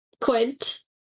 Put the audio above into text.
Quint